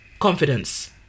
confidence